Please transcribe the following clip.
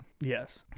yes